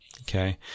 okay